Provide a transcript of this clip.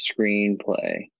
screenplay